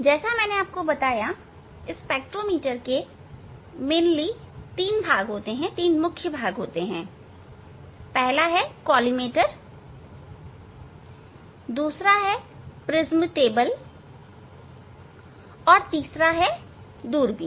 जैसा मैंने बताया स्पेक्ट्रोमीटर के 3 मुख्य भाग होते हैं पहला है कॉलीमेटर दूसरा है प्रिज्म टेबल और तीसरा वाला है दूरबीन